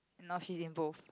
now she's in both